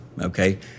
okay